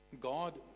God